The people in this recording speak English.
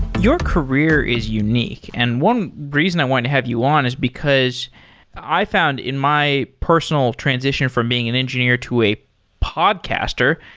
your career is unique, and one reason i wanted to have you on is because i found in my personal transition from being an engineer to a podcaster,